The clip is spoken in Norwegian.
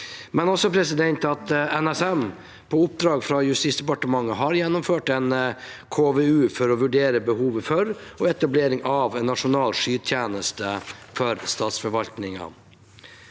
og også at NSM, på oppdrag fra Justisdepartementet, har gjennomført en KVU for å vurdere behovet for, og etablering av, en nasjonal skytjeneste for statsforvaltningen.